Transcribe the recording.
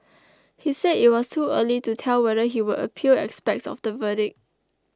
he said it was too early to tell whether he would appeal aspects of the verdict